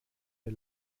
der